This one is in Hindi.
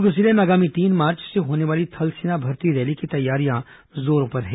दुर्ग जिले में आगामी तीन मार्च से होने वाली थल सेना भर्ती रैली की तैयारियां जोरों पर हैं